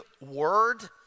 word